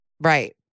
right